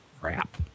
crap